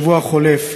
בשבוע החולף,